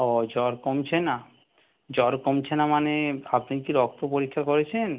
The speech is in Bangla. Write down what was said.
ও জ্বর কমছে না জ্বর কমছে না মানে আপনি কি রক্ত পরীক্ষা করেছেন